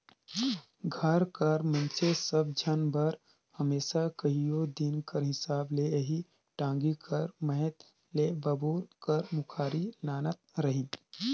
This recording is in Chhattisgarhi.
घर कर मइनसे सब झन बर हमेसा कइयो दिन कर हिसाब ले एही टागी कर मदेत ले बबूर कर मुखारी लानत रहिन